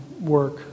work